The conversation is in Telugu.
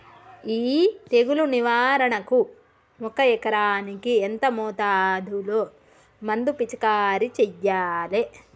ఈ తెగులు నివారణకు ఒక ఎకరానికి ఎంత మోతాదులో మందు పిచికారీ చెయ్యాలే?